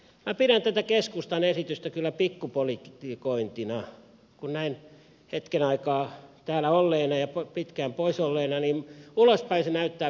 minä pidän tätä keskustan esitystä kyllä pikkupolitikointina näin hetken aikaa täällä olleena ja pitkään pois olleena ulospäin se näyttää pikkupolitikoinnilta